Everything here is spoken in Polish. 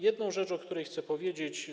Jedna rzecz, o której chcę powiedzieć.